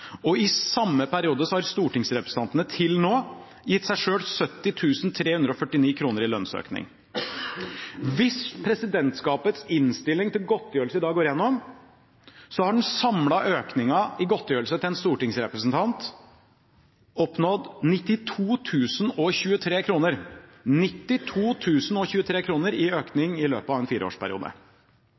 og i samme periode har stortingsrepresentantene til nå gitt seg selv 70 349 kr i lønnsøkning. Hvis presidentskapets innstilling til godtgjørelse i dag går igjennom, har den samlede økningen i godtgjørelse til en stortingsrepresentant nådd 92 023 kr – 92 023 kr i økning i løpet av en fireårsperiode.